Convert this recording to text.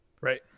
Right